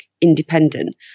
independent